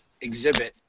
exhibit